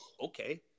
okay